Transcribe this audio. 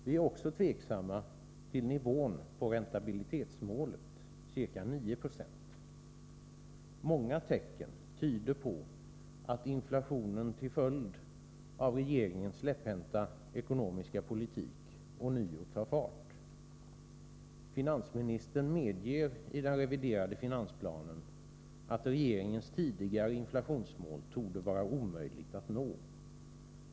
Vi är också tveksamma till nivån på räntabilitetsmålet, ca 9 90. Många tecken tyder på att inflationen till följd av regeringens släpphänta ekonomiska politik ånyo tar fart. Finansministern medger i den reviderade finansplanen att regeringens tidigare inflationsmål torde vara omöjligt att nå.